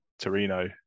Torino